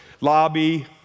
lobby